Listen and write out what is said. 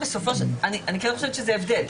אני כן חושבת שזה ההבדל.